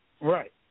right